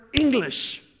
English